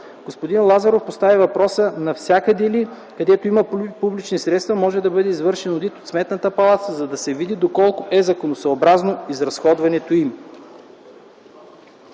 Господин Лазаров постави въпроса навсякъде ли, където има публични средства, може да бъде извършен одит от Сметната палата, за да се види доколко е законосъобразно разходването им.